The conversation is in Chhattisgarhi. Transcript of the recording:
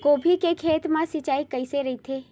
गोभी के खेत मा सिंचाई कइसे रहिथे?